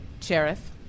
Sheriff